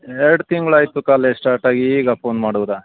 ಎರಡು ತಿಂಗಳಾಯ್ತು ಕಾಲೇಜ್ ಸ್ಟಾರ್ಟಾಗಿ ಈಗ ಫೋನ್ ಮಾಡೋದಾ